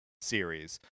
series